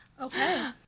okay